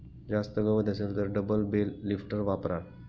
जास्त गवत असेल तर डबल बेल लिफ्टर वापरा